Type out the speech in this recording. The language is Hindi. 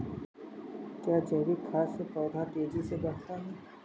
क्या जैविक खाद से पौधा तेजी से बढ़ता है?